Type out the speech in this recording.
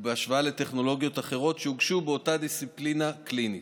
ובהשוואה לטכנולוגיות אחרות שהוגשו באותה דיסציפלינה קלינית.